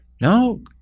No